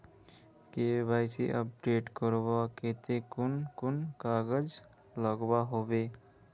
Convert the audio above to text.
KYC update करवार केते कुन कुन कागज लागोहो होबे?